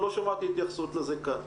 לא שמעתי התייחסות לזה כאן.